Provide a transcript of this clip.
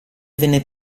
venne